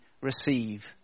receive